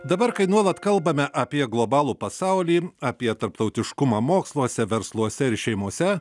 dabar kai nuolat kalbame apie globalų pasaulį apie tarptautiškumą moksluose versluose ir šeimose